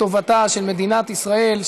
לטובתה של מדינת ישראל,